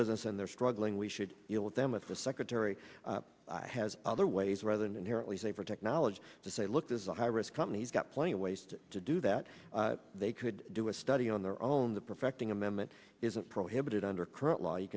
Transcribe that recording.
business and they're struggling we should deal with them with the secretary has other ways rather an inherently safer technology to say look there's a high risk companies got plenty of waste to do that they could do a study on their own the perfecting amendment isn't prohibited under current law you